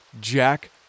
Jack